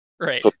Right